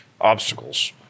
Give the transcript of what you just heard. Obstacles